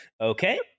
Okay